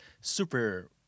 super